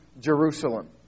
Jerusalem